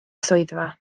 swyddfa